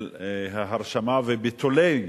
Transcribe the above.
של ההרשמה וביטולי